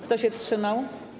Kto się wstrzymał?